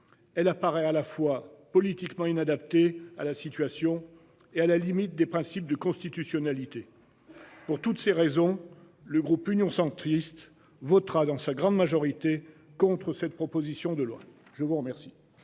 Elle apparaît à la fois politiquement inadapté à la situation et à la limite des principes de constitutionnalité. Pour toutes ces raisons, le groupe Union centriste votera dans sa grande majorité contre cette proposition de loi, je vous remercie.